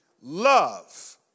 love